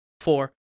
four